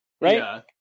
right